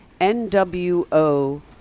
NWO